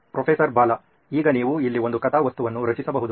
professor Bala ಈಗ ನೀವು ಇಲ್ಲಿ ಒಂದು ಕಥಾವಸ್ತುವನ್ನು ರಚಿಸಬಹುದು